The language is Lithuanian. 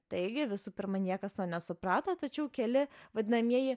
taigi visų pirma niekas to nesuprato tačiau keli vadinamieji